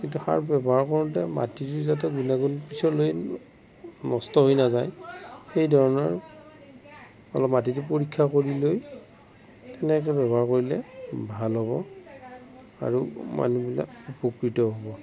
কিন্তু সাৰ ব্যৱহাৰ কৰোঁতে মাটিটো যাতে গুণাগুণ পিছলৈ নষ্ট হৈ নাযায় সেই ধৰণৰ অলপ মাটিটো পৰীক্ষা কৰি লৈ তেনেকৈ ব্যৱহাৰ কৰিলে ভাল হ'ব আৰু মানুহবিলাক উপকৃতও হ'ব